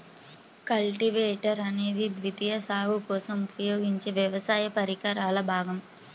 cultivator అనేది ద్వితీయ సాగు కోసం ఉపయోగించే వ్యవసాయ పరికరాల భాగం